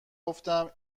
گفتم